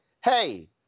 hey